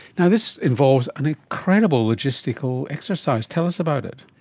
you know this involves an incredible logistical exercise. tell us about it.